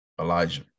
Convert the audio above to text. Elijah